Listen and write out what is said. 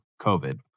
COVID